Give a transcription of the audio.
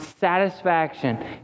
satisfaction